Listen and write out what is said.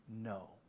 No